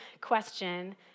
question